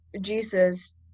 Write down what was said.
Jesus